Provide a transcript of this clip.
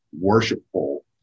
worshipful